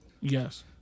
Yes